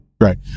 right